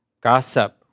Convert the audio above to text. gossip